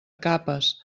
capes